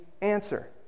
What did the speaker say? answer